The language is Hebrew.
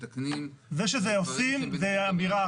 מתקנים --- זה שעושים זה אמירה אחת.